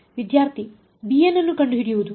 ವಿದ್ಯಾರ್ಥಿ bn ಅನ್ನು ಕಂಡುಹಿಡಿಯುವುದು